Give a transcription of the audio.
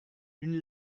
une